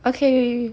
okay